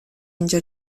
اینجا